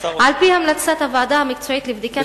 על-פי המלצת הוועדה המקצועית לבדיקת